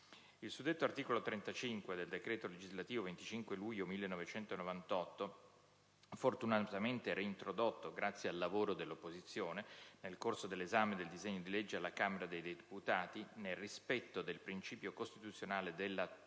il suddetto articolo 35 del decreto legislativo 25 luglio 1998, n. 286 - fortunatamente reintrodotto, grazie al lavoro dell'opposizione, nel corso dell'esame del disegno di legge alla Camera dei deputati - nel rispetto del principio costituzionale di tutela